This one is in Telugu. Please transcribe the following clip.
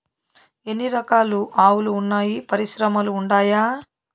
ఎన్ని రకాలు ఆవులు వున్నాయి పరిశ్రమలు ఉండాయా?